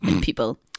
people